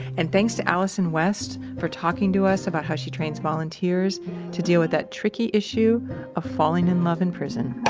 and thanks to allyson west for talking to us about how she trains volunteers to deal with that tricky issue of falling in love in prison